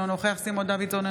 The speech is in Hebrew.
אינו נוכח סימון דוידסון,